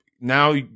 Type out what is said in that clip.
now